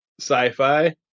sci-fi